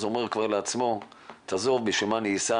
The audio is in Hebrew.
אז הוא כבר אומר לעצמו 'בשביל מה לנסוע,